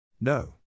No